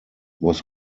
was